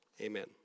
Amen